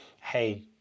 hey